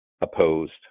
opposed